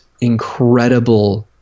incredible